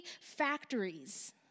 factories